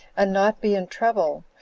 and not be in trouble,